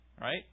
right